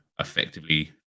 effectively